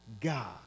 god